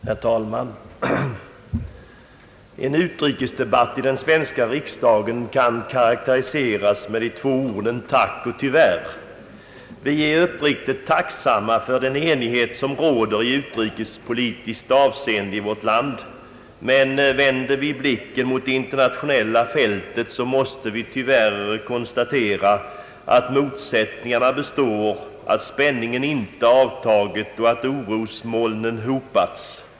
Herr talman! En utrikesdebait i den svenska riksdagen kan karakteriseras med de två orden tack och tyvärr. Vi är uppriktigt tacksamma för den enighet som råder i utrikespolitiskt avseende i vårt land, men vänder vi blicken mot det internationella fältet måste vi tyvärr konstatera att motsättningarna består, att spänningen inte avtagit och att orosmolnen hopats.